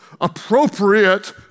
appropriate